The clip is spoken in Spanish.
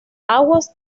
aguas